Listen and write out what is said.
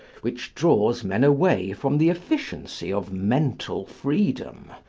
which draws men away from the efficiency of mental freedom,